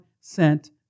sent